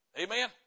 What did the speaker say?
Amen